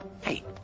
hey